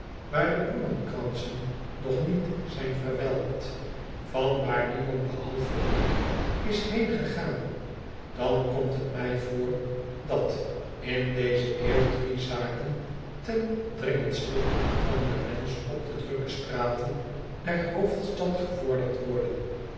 waar de bloemkransen nog niet zijn verwelkt van waar niemand behalve ik is heengegaan dan komt het mij voor dat in deze eeuw drie zaken ten dringendste van den mensch op de drukke straten der hoofdstad gevorderd worden